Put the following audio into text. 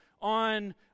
on